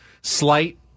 slight